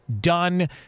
Done